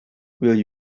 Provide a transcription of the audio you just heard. will